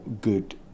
good